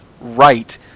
right